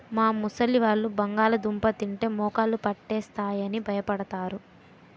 మా ముసలివాళ్ళు బంగాళదుంప తింటే మోకాళ్ళు పట్టేస్తాయి అని భయపడతారు